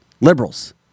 liberals